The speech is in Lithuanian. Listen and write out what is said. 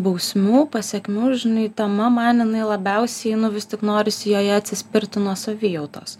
bausmių pasekmių žinai tema man jinai labiausiai vis tik norisi joje atsispirti nuo savijautos